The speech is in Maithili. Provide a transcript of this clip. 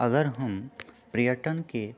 अगर हम पर्यटनके